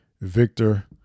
Victor